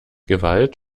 gewalt